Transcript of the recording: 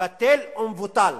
בטל ומבוטל,